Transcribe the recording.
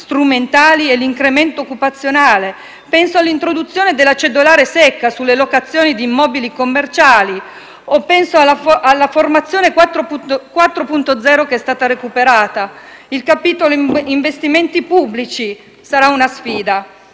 strumentali e l'incremento occupazionale. Penso all'introduzione della cedolare secca sulle locazioni di immobili commerciali. Penso alla Formazione 4.0 che è stata recuperata. Penso al capitolo investimenti pubblici: sarà una sfida!